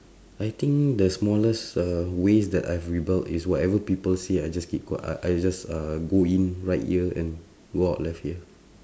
I think the smallest uh ways I have rebelled is whatever people say I just keep qui~ I I just go in right ear and go out left ear